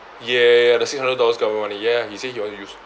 ya ya ya the six hundred dollars government money ya he say he want to use